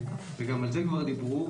וגם על זה כבר דיברו,